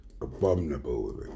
abominable